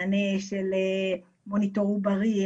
מענה של מוניטור עוברי,